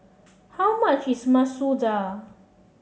how much is Masoor Dal